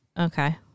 okay